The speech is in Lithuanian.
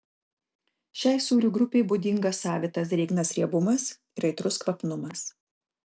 šiai sūrių grupei būdingas savitas drėgnas riebumas ir aitrus kvapnumas